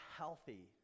healthy